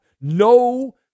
no